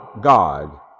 God